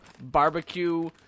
barbecue